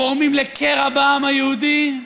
גורמים לקרע בעם היהודי,